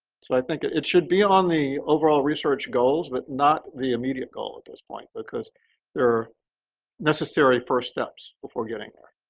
so i think it should be on the overall research goals, but not the immediate goal at this point because there are necessary first steps before getting there.